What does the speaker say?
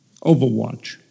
Overwatch